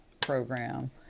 program